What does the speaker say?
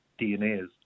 DNAs